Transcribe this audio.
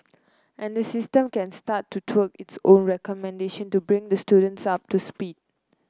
and the system can start to tweak its own recommendation to bring the students up to speed